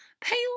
pale